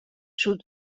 sud